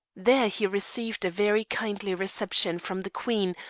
there he received a very kindly reception from the queen,